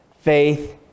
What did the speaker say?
Faith